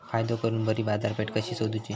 फायदो करून बरी बाजारपेठ कशी सोदुची?